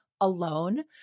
alone